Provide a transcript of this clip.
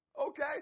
Okay